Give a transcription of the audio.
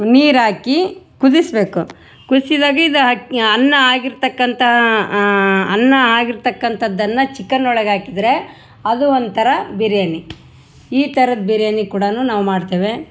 ನೀರು ಹಾಕಿ ಕುದಿಸಬೇಕು ಕುದ್ಸಿದಾಗ ಇದು ಹಾಕ್ ಅನ್ನ ಆಗಿರ್ತಕ್ಕಂಥ ಅನ್ನ ಆಗಿರ್ತಕ್ಕಂತದನ್ನು ಚಿಕನ್ನೊಳಗೆ ಹಾಕಿದ್ರೆ ಅದು ಒಂಥರ ಬಿರಿಯಾನಿ ಈ ಥರದ್ ಬಿರಿಯಾನಿ ಕೂಡ ನಾವು ಮಾಡ್ತೇವೆ